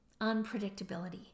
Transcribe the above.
unpredictability